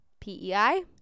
PEI